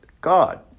God